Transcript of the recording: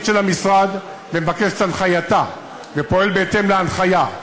של המשרד ומבקש את הנחייתה ופועל בהתאם להנחיה.